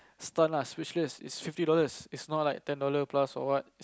stun lah speechless it's fifty dollars it's not like ten dollar plus or what